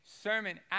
sermon